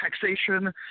taxation